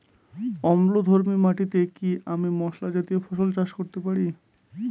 অম্লধর্মী মাটিতে কি আমি মশলা জাতীয় ফসল চাষ করতে পারি?